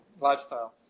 lifestyle